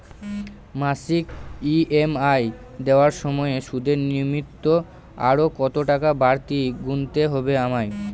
মাসিক ই.এম.আই দেওয়ার সময়ে সুদের নিমিত্ত আরো কতটাকা বাড়তি গুণতে হবে আমায়?